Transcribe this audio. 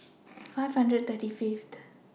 five hundred thirty Fifth